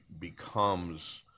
becomes